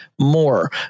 more